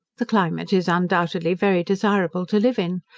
the climate is undoubtedly very desirable to live in.